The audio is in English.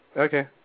Okay